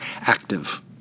active